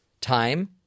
Time